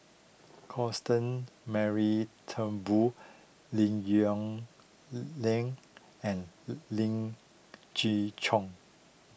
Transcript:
Constant Mary Turnbull Lim Yong Ling and Ling Gee Choon